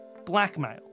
Blackmail